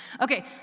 Okay